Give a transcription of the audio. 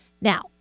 Now